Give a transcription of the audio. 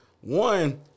one